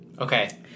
Okay